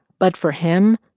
but for him,